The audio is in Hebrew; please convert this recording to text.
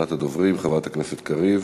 אחרונת הדוברים, חברת הכנסת קריב.